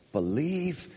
Believe